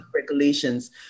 regulations